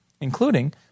including